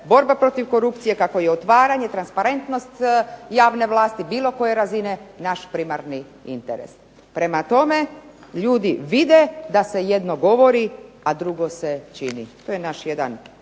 borba protiv korupcije, kako je otvaranje, transparentnost javne vlasti bilo koje razine naš primarni interes. Prema tome, ljudi vide da se jedno govori, a drugo se čini to je naš veliki